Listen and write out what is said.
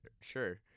Sure